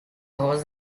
host